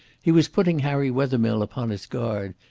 he was putting harry wethermill upon his guard,